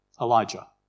Elijah